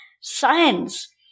science